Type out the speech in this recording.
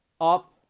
up